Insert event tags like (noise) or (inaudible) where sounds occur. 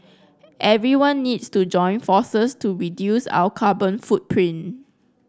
(noise) everyone needs to join forces to reduce our carbon footprint